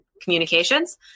communications